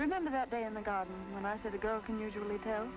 remember that day in the garden and i said a girl can usually tell